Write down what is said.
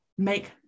make